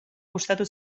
gustatu